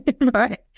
right